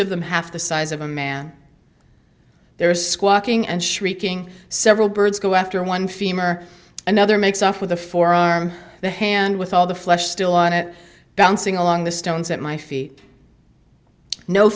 of them half the size of a man there is squawking and shrieking several birds go after one femur another makes off with the forearm the hand with all the flesh still on it bouncing along the stones at my feet no